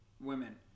women